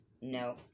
No